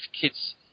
kids